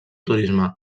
turisme